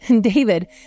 David